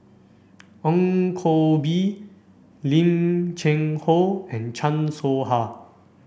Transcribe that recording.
Ong Koh Bee Lim Cheng Hoe and Chan Soh Ha